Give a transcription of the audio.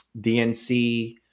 DNC